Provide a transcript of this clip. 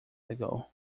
ago